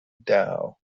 dow